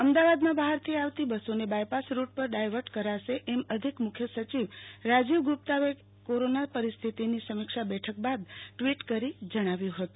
અમદાવાદા બહારથી આવતી બસોને બાયપાસ રૂટ પર ડાયવર્ટ કરાશે એમ અધિક મુખ્ય સચિવ રાજીવ ગુપ્તાએ કોરોના પરિસ્થિતિની સમીક્ષા બેઠક બાદ ત્વિટ કરી જણાવ્યું હતું